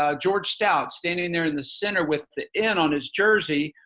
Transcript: ah george stout standing there in the center with the n on his jersey,